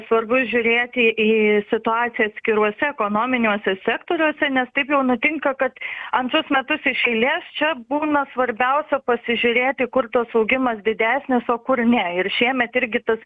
svarbu žiūrėti į situaciją atskiruose ekonominiuose sektoriuose nes taip jau nutinka kad antrus metus iš eilės čia būna svarbiausia pasižiūrėti kur tas augimas didesnis o kur ne ir šiemet irgi tas